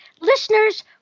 Listeners